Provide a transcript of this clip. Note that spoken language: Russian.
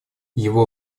его